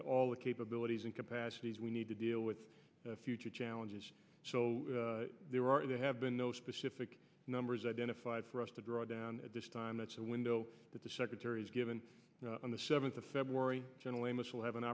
at all the capabilities and capacities we need to deal with the future challenges so there are there have been no specific numbers identified for us to draw down at this time that's a window that the secretary's given on the seventh of february general amos will have an